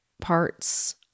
parts